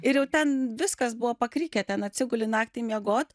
ir jau ten viskas buvo pakrikę ten atsiguli naktį miegot